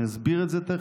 אני אסביר את זה תכף,